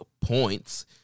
points